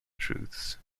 truths